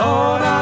Lord